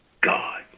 God